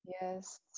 yes